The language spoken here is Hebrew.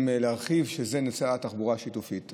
להרחיב בו: נושא התחבורה השיתופית.